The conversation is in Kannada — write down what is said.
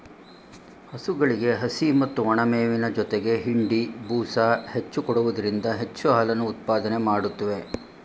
ಹಸುಗಳಿಗೆ ಹಸಿ ಮತ್ತು ಒಣಮೇವಿನ ಜೊತೆಗೆ ಹಿಂಡಿ, ಬೂಸ ಹೆಚ್ಚು ಕೊಡುವುದರಿಂದ ಹೆಚ್ಚು ಹಾಲನ್ನು ಉತ್ಪಾದನೆ ಮಾಡುತ್ವೆ